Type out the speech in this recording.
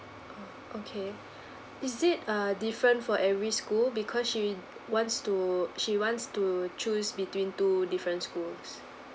oo okay is it err different for every school because she wants to she wants to choose between two different schools